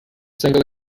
single